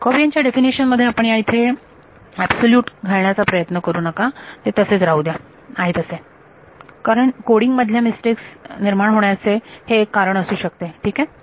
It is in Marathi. जॅकॉबियन च्या डेफिनेशन मध्ये आपण या इथे एबसोल्यूट घालण्याचा प्रयत्न करू नका ते तसेच राहू द्या ते आहेत तसे कारण कोडींग मधल्या मिस्टेक निर्माण होण्याचे हे एक कारण असू शकते ठीक आहे